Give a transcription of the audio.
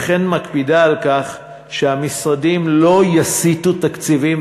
וכן מקפידה על כך שהמשרדים לא יסיטו תקציבים",